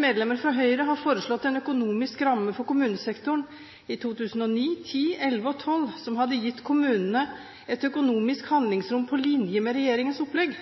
medlemmer fra Høyre har foreslått en økonomisk ramme for kommunesektoren i 2009, 2010, 2011 og 2012 som hadde gitt kommunene et økonomisk handlingsrom på linje med regjeringens opplegg.»